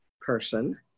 person